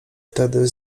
wtedy